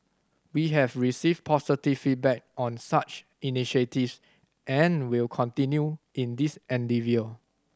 we have received positive feedback on such initiative and will continue in this endeavour